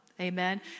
amen